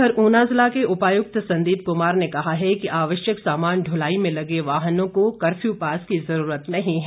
उधर ऊना जिला के उपायुक्त संदीप कुमार ने कहा है कि आवश्यक सामान ढुलाई में लगे वाहनों को कर्फ्यू पास की जरूरत नहीं है